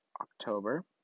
October